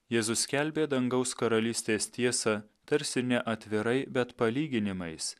jėzus skelbė dangaus karalystės tiesą tarsi ne atvirai bet palyginimais